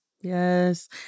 Yes